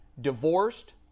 divorced